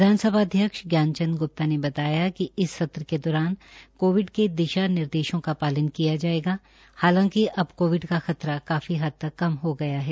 विधानसभा अध्यक्ष जान चंद गुप्ता ने बताया कि इस सत्र के दौरान कोविड के दिशा निर्देशों का पालन यिका जायेगा हालांकि कोविड का खतरा काफी हद तक कम हो गया है